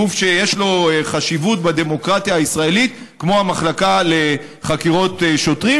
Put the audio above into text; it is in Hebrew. גוף שיש לו חשיבות בדמוקרטיה הישראלית כמו המחלקה לחקירות שוטרים.